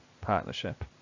partnership